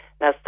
Now